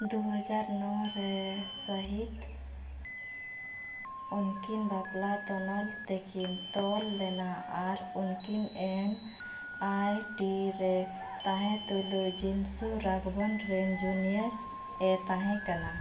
ᱫᱩ ᱦᱟᱡᱟᱨ ᱱᱚ ᱨᱮ ᱥᱟᱹᱦᱤᱛ ᱩᱱᱠᱤᱱ ᱵᱟᱯᱞᱟ ᱛᱚᱱᱚᱞ ᱛᱮᱠᱤᱱ ᱛᱚᱞ ᱞᱮᱱᱟ ᱟᱨ ᱩᱱᱠᱤᱱ ᱮᱱ ᱟᱭ ᱴᱤ ᱨᱮ ᱛᱟᱦᱮᱸ ᱛᱩᱞᱩᱡᱽ ᱡᱤᱱᱥᱩ ᱨᱟᱜᱷᱵᱚᱱ ᱨᱮᱱ ᱡᱩᱱᱤᱭᱟᱨᱼᱮ ᱛᱟᱦᱮᱸ ᱠᱟᱱᱟ